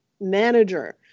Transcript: manager